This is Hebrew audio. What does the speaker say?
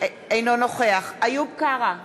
אינו נוכח איוב קרא,